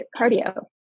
cardio